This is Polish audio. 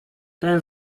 ten